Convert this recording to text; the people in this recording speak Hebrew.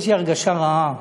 יש לי הרגשה רעה,